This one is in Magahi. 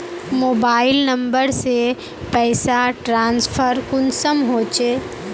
मोबाईल नंबर से पैसा ट्रांसफर कुंसम होचे?